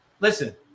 Listen